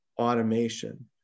automation